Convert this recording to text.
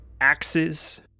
Axes